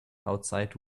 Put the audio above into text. outside